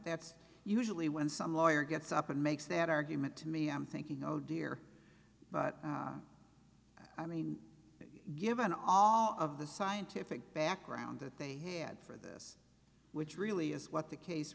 that's usually when some lawyer gets up and makes that argument to me i'm thinking oh dear but i mean given all of the scientific background that they had for this which really is what the case